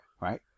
right